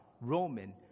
Roman